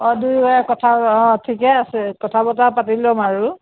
অ দূৰৰ কথাও অ ঠিকে আছে কথা বতৰা পাতি লম আৰু